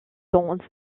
dans